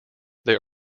there